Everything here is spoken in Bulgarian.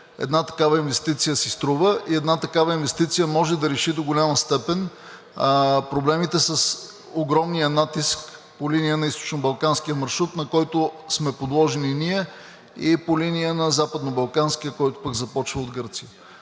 една такава инвестиция си струва и една такава инвестиция може да реши до голяма степен проблемите с огромния натиск по линия на източнобалканския маршрут, на който сме подложени и ние, и по линия на западнобалканския, който пък започва от Гърция.